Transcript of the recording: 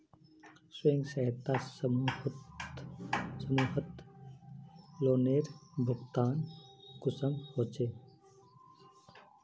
स्वयं सहायता समूहत लोनेर भुगतान कुंसम होचे?